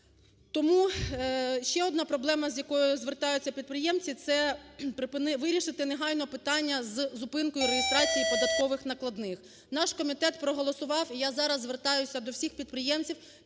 Тому ще одна проблема, з якою звертаються підприємці, це вирішити негайно питання з зупинкою реєстрації податкових накладних. Наш комітет проголосував, і я зараз звертаюся до всіх підприємців.